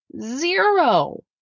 zero